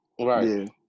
Right